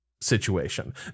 situation